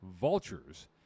Vultures